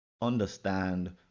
understand